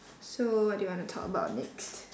so what do you want to talk about next